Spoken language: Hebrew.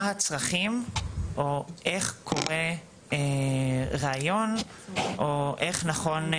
הצרכים או איך קורה ראיון או איך נכון,